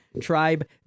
Tribe